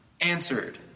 answered